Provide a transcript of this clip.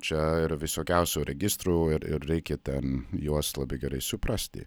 čia yra visokiausių registrų ir ir reikia ten juos labai gerai suprasti